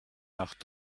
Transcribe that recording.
nacht